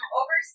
over